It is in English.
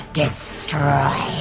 destroy